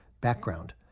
Background